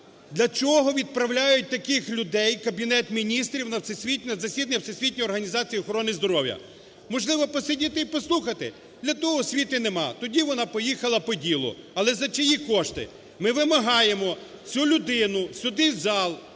для чого відправляють таких людей, Кабінет Міністрів, на засідання Всесвітньої організації охорони здоров'я? Можливо, посидіти і послухати, для того освіти немає, тоді вона поїхала по ділу, але за чиї кошти? Ми вимагаємо цю людину сюди в зал